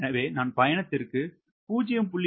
எனவே நான் பயணத்திற்கு 0